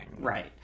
right